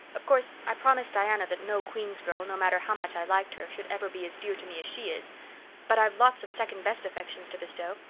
of course i promised diana that no queen's girl, no matter how much i liked her, should ever be as dear to me as she is but i've lots of second-best affections to bestow.